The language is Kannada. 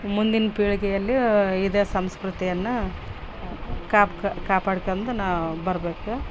ಮುಂದಿನ ಪೀಳಿಗೆಯಲ್ಲಿಯು ಇದೆ ಸಂಸ್ಕೃತಿಯನ್ನ ಕಾಪ್ ಕಾಪಾಡ್ಕೊಂಡ್ ನಾವು ಬರ್ಬೇಕು